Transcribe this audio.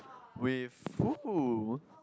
with who